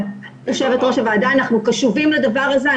יושבת-ראש הוועדה, אנחנו קשובים לדבר הזה.